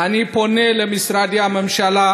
אני פונה למשרדי הממשלה,